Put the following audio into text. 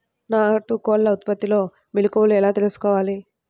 నాటుకోళ్ల ఉత్పత్తిలో మెలుకువలు ఎలా తెలుసుకోవాలి?